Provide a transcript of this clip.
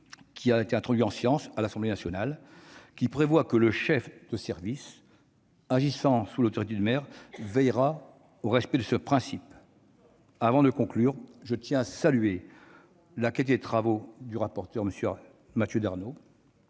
5 , introduit en séance à l'Assemblée nationale, qui prévoit que le chef de service, agissant sous l'autorité du maire, veille au respect de ce principe. Avant de conclure, je tiens à saluer la qualité des travaux de notre rapporteur, Mathieu Darnaud,